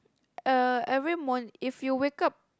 uh every morning if you wake up